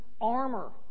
armor